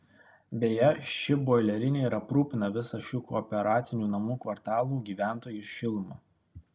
beje ši boilerinė ir aprūpina visą šių kooperatinių namų kvartalų gyventojus šiluma